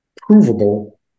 provable